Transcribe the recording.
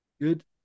Good